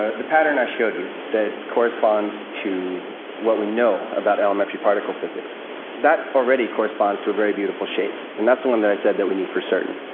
the pattern i showed you that corresponds to what we know about elementary particle physics that already corresponds to a very beautiful shape. and that's the one that i said we knew for certain.